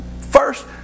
first